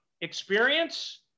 experience